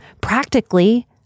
Practically